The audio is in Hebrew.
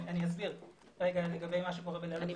אסביר, לגבי מה שקורה בליל הבחירות.